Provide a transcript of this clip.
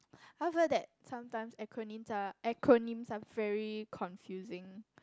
I feel that sometimes acronyms are acronyms are very confusing